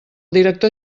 director